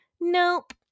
Nope